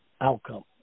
outcome